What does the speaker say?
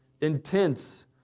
intense